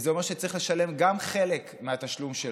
וזה אומר שצריך לשלם גם חלק מהתשלום שלו.